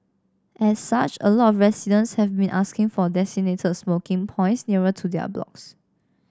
as such a lot of residents have been asking for designated smoking points nearer to their blocks